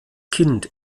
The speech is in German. kind